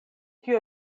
tio